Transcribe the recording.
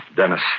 Dennis